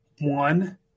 one